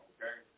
Okay